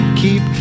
keep